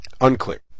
Unclear